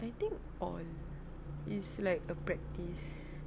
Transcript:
I think all it's like a practice